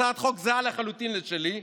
הצעת חוק זהה לחלוטין לשלי,